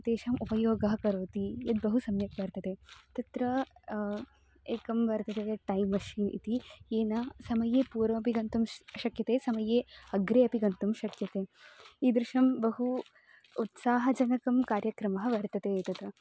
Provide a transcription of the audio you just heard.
तेषाम् उपयोगः करोति यद् बहु सम्यक् वर्तते तत्र एकं वर्तते टैम् मशीन् इति येन समये पूर्वमपि गन्तुं श् शक्यते समये अग्रे अपि गन्तुं शक्यते ईदृशं बहु उत्साहजनकः कार्यक्रमः वर्तते एतत्